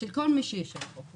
של כל מי שיושב פה.